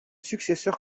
successeur